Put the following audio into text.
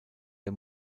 der